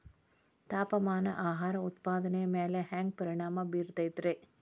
ತಾಪಮಾನ ಆಹಾರ ಉತ್ಪಾದನೆಯ ಮ್ಯಾಲೆ ಹ್ಯಾಂಗ ಪರಿಣಾಮ ಬೇರುತೈತ ರೇ?